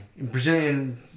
Brazilian